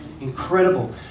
Incredible